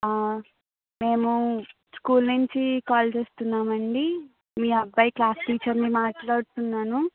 మేము స్కూల్ నుంచి కాల్ చేస్తున్నామండి మీ అబ్బాయి క్లాస్ టీచర్ను మాట్లాడుతున్నాను